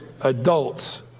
adults